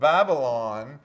Babylon